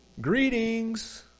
Greetings